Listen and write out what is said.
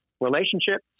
relationship